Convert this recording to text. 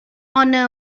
honour